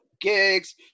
gigs